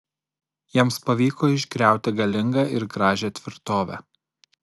jiems pavyko išgriauti galingą ir gražią tvirtovę